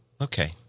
Okay